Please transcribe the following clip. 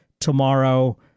tomorrow